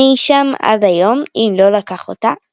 הנה היא שם עד היום, אם לא לקח אותה איש.